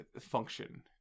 function